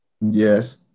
Yes